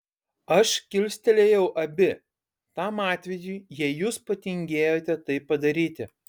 aš kilstelėjau abi tam atvejui jei jūs patingėjote tai padaryti